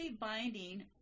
binding